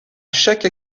chaque